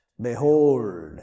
behold